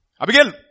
Abigail